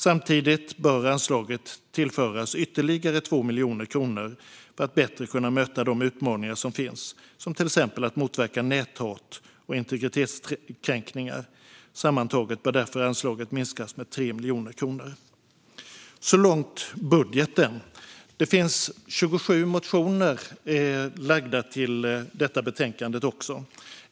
Samtidigt bör anslaget tillföras ytterligare 2 miljoner kronor för att bättre kunna möta de utmaningar som finns, till exempel att motverka näthat och integritetskränkningar. Sammantaget bör därför anslaget minskas med 3 miljoner kronor. Så långt budgeten. Det finns 27 motioner fogade till betänkandet.